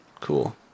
Cool